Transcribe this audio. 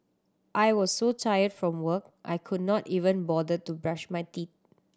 I was so tired from work I could not even bother to brush my teeth